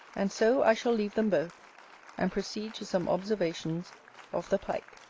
and so i shall leave them both and proceed to some observations of the pike.